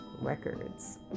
Records